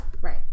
Right